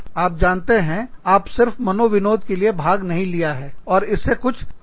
आप जानते हैं आप सिर्फ मनोविनोद के लिए भाग नहीं लिया है और इससे कुछ भी प्राप्त नहीं किया है